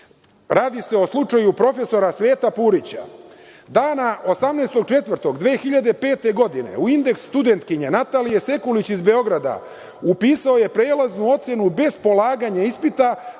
radi se o slučaju prof. Sveta Purića: „Dana 18.04.2005. godine, u indeks studentkinje Natalije Sekulić iz Beograda upisao je prelaznu ocenu bez polaganja ispita,